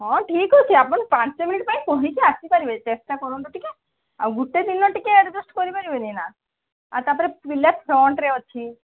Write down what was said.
ହଁ ଠିକ୍ ଅଛି ଆପଣ ପାଞ୍ଚ ମିନିଟ୍ ପାଇଁ କହିକି ଆସି ପାରିବେ ଚେଷ୍ଟା କରନ୍ତୁ ଟିକେ ଆଉ ଗୋଟେ ଦିନ ଟିକେ ଆଡ଼ଜଷ୍ଟ୍ କରି ପାରିବେନି ନା ତା'ପରେ ପିଲା ଫ୍ରଣ୍ଟ୍ରେ ଅଛି